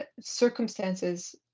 circumstances